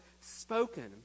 spoken